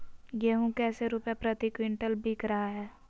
गेंहू कैसे रुपए प्रति क्विंटल बिक रहा है?